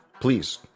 Please